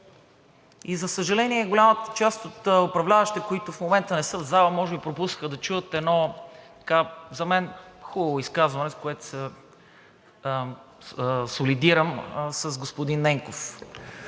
и за съжаление, голямата част от управляващите, които в момента не са в залата, може би пропуснаха да чуят едно за мен хубаво изказване, с което се солидаризирам с господин Ненков.